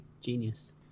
Genius